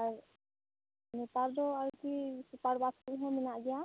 ᱟᱨ ᱱᱮᱛᱟᱨ ᱫᱚ ᱟᱨᱠᱤ ᱥᱩᱯᱟᱨ ᱵᱟᱥ ᱠᱚᱦᱚᱸ ᱢᱮᱱᱟᱜ ᱜᱮᱭᱟ